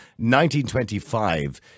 1925